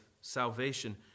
salvation